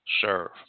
serve